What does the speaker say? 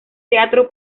teatro